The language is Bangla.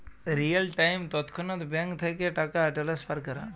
রিয়েল টাইম তৎক্ষণাৎ ব্যাংক থ্যাইকে টাকা টেলেসফার ক্যরা